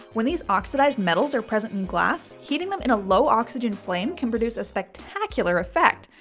when these oxidized metals are present in glass, heating them in a low-oxygen flame can produce a spectacular effect.